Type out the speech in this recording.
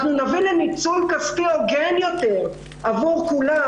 אנחנו נביא לניצול כספי הוגן יותר עבור כולם: